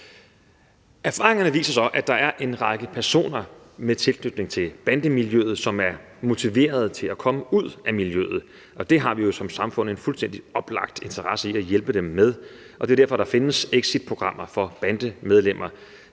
Erfaringerne viser så, at der er en række personer med tilknytning til bandemiljøet, som er motiveret til at komme ud af miljøet, og det har vi jo som samfund en fuldstændig oplagt interesse i at hjælpe dem med, og det er derfor, der findes exitprogrammer for bandemedlemmer.